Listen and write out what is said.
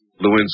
Lewinsky